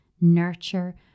nurture